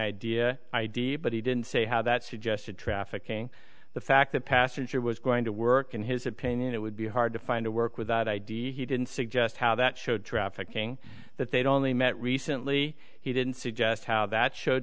idea id but he didn't say how that suggested trafficking the fact the passenger was going to work in his opinion it would be hard to find a work with that idea he didn't suggest how that showed trafficking that they'd only met recently he didn't suggest how that sho